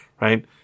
right